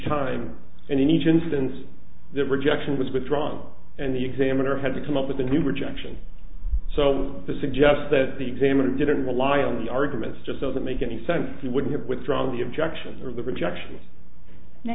time and in each instance the rejection was withdrawn and the examiner had to come up with a new rejection so to suggest that the examiner didn't rely on the arguments just doesn't make any sense you would have withdrawn the objections of the rejection now